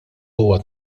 huwa